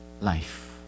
life